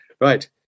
Right